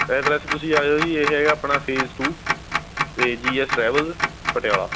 address ਤੁਸੀਂ ਆ ਜਿਓ ਜੀ ਇਹ ਹੈਗਾ ਆਪਣਾ ਫੇਸ ਟੂ ਅਤੇ ਜੀ ਐਸ ਟਰੈਵਲ ਪਟਿਆਲਾ